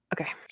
Okay